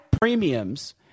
premiums